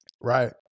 Right